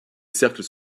cercles